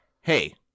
hey